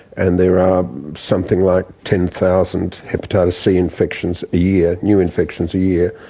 and there are something like ten thousand hepatitis c infections a year, new infections a year,